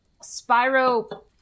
Spyro